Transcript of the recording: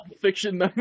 fiction